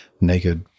naked